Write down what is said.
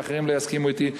ואחרים לא יסכימו אתי,